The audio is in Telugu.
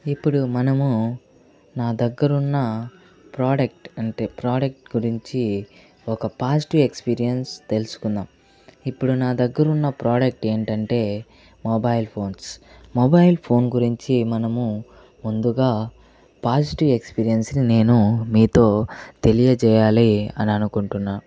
ఇప్పుడు మనము నా దగ్గర ఉన్న ప్రోడక్ట్ అంటే ప్రోడక్ట్ గురించి ఒక పాజిటివ్ ఎక్స్పీరియన్స్ తెలుసుకుందాం ఇప్పుడు నా దగ్గర ఉన్న ప్రోడక్ట్ ఏంటంటే మొబైల్ ఫోన్స్ మొబైల్ ఫోన్ గురించి మనము ముందుగా పాజిటివ్ ఎక్స్పీరియన్స్ని నేను మీతో తెలియజేయాలి అని అనుకుంటున్నా